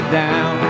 down